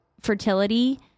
fertility